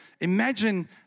Imagine